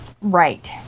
right